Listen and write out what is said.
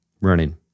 running